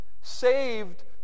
Saved